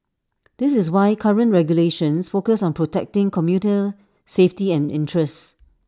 this is why current regulations focus on protecting commuter safety and interests